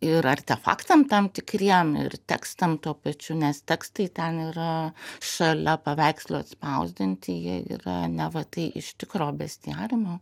ir artefaktam tam tikriem ir tekstam tuo pačiu nes tekstai ten yra šalia paveikslo atspausdinti jie yra neva tai iš tikro bestiariumo